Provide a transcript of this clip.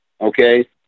okay